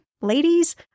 ladies